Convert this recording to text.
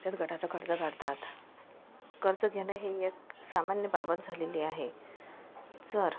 बचत गटाचं कर्ज काढतात कर्ज घेणं हे एक सामान्य बाबच झालेली आहे जर